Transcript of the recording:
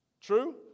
True